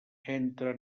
entra